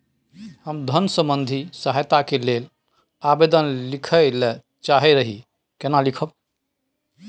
हम धन संबंधी सहायता के लैल आवेदन लिखय ल चाहैत रही केना लिखब?